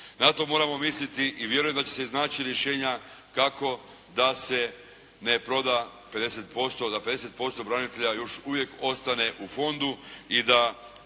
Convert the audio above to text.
Na to moramo misliti i vjerujem da će se iznaći rješenja kako da se ne proda 50%, da 50% branitelja još uvijek ostane u fondu i da